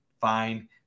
fine